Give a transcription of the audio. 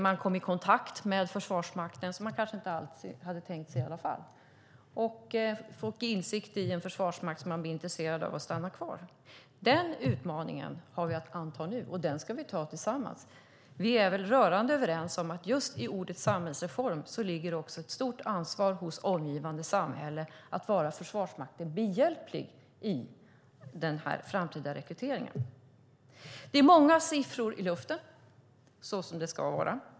Man kom i kontakt med Försvarsmakten, som man kanske inte alltid hade tänkt sig, och fick inblick i Försvarsmakten, och man blev intresserad av att stanna kvar. Den här utmaningen har vi att anta nu, och den ska vi anta tillsammans. Vi är väl rörande överens om att det just i ordet samhällsreform också ligger ett stort ansvar hos omgivande samhälle att vara Försvarsmakten behjälplig i den framtida rekryteringen. Det är många siffror i luften, så som det ska vara.